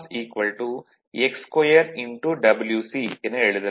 Wc என எழுதலாம்